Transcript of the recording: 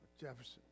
Jefferson